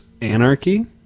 anarchy